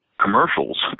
commercials